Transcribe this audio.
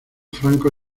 franco